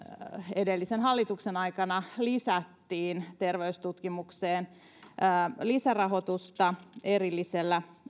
edellisen hallituksen aikana lisättiin terveystutkimukseen rahoitusta erillisellä